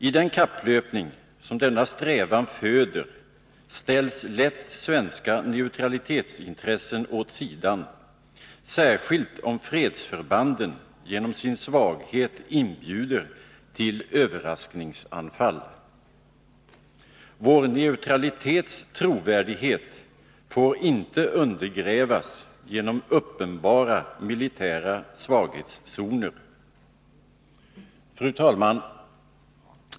I den kapplöpning som denna strävan föder ställs lätt svenska neutralitetsintressen åt sidan — särskilt om fredsförbanden genom sin svaghet inbjuder till överraskningsanfall. Vår neutralitets trovärdighet får icke undergrävas genom uppenbara militära svaghetszoner. Fru talman!